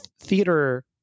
theater